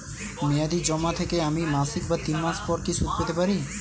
মেয়াদী জমা থেকে আমি মাসিক বা তিন মাস পর কি সুদ পেতে পারি?